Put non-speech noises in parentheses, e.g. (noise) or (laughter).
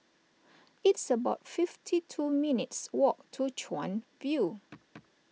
(noise) it's about fifty two minutes' walk to Chuan View